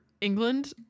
England